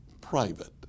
private